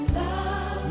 love